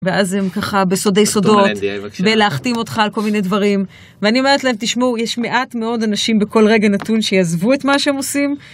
ואז הם ככה בסודי סודות ולהחתים אותך על כל מיני דברים ואני אומרת להם תשמעו יש מעט מאוד אנשים בכל רגע נתון שיעזבו את מה שהם עושים.